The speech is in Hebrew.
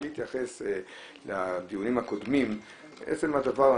מבלי להתייחס לדיונים הקודמים עצם הדבר,